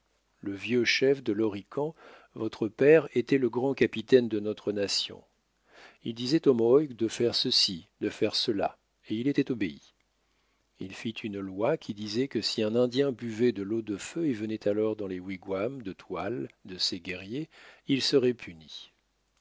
le vieux chef de l'horican votre père était le grand capitaine de notre nation il disait aux mohawks de faire ceci de faire cela et il était obéi il fit une loi qui disait que si un indien buvait de l'eau de feu et venait alors dans les wigwams de toile de ses guerriers il serait puni